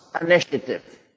initiative